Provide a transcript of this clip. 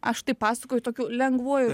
aš taip pasakoju tokių lengvuoju